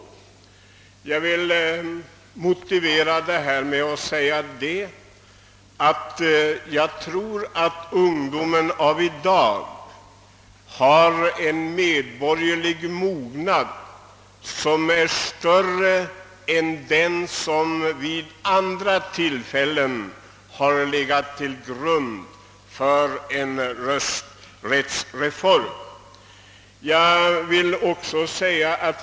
Detta yrkande överensstämmer med motsvarande yrkande i motionen II: 4 av herr Jansson så när som på att följande avslutande rader utgått: ——— och som inte på grund av domstols förklaring är eller efter uppnådd myndighetsålder skall förbli omyndig. Jag motiverar det förslaget med att ungdomen i dag enligt min mening har en medborgerlig mognad, som är större än vad som vid andra tillfällen har legat till grund för en rösträttsreform.